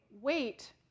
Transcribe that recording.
wait